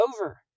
over